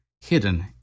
hidden